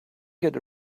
get